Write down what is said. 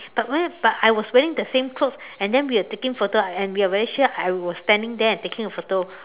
but weird but I was wearing the same clothes and then we are taking a photo and we are very sure I was standing there and taking a photo